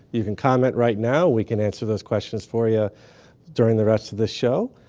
you can comment right now. we can answer those questions for you during the rest of this show.